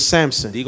Samson